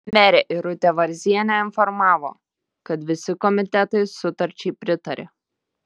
merė irutė varzienė informavo kad visi komitetai sutarčiai pritarė